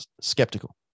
skeptical